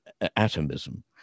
atomism